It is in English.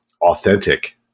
authentic